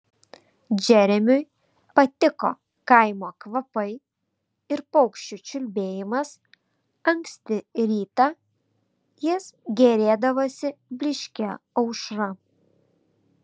džeremiui patiko kaimo kvapai ir paukščių čiulbėjimas anksti rytą jis gėrėdavosi blyškia aušra